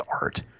art